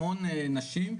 המון נשים.